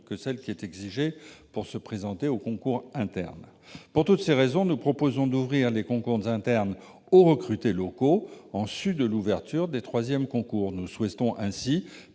que celle qui est exigée pour se présenter à un concours interne. Pour toutes ces raisons, nous proposons d'ouvrir les concours internes aux recrutés locaux, en sus de l'ouverture des troisièmes concours. Nous souhaitons ainsi